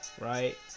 right